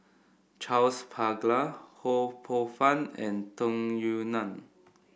Charles Paglar Ho Poh Fun and Tung Yue Nang